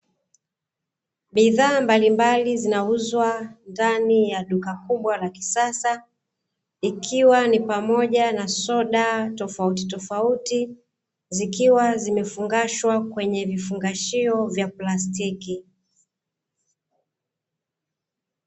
Biadhaa mbalimbali zinauzwa ndani ya duka kubwa la kisasa, ikiwa ni pamoja na soda tofautitofauti, zikiwa zimefungashwa kwenye vifungashio vya plastiki.